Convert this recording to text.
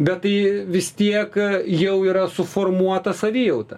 bet tai vis tiek jau yra suformuota savijauta